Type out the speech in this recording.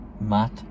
Matt